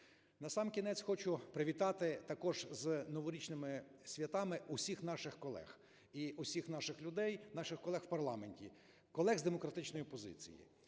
Насамкінець хочу привітати також з Новорічними святами всіх наших колег, і всіх наших людей, наших колег в парламенті. Колег з демократичної опозиції